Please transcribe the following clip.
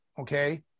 Okay